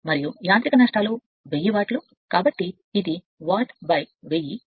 మరియు యాంత్రిక నష్టాలకు 1000 వాట్ సరైనది కాబట్టి ఇది వాట్ 1000